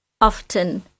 Often